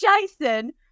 Jason